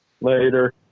Later